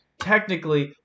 Technically